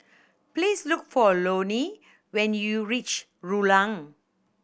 please look for Loney when you reach Rulang